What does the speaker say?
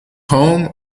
home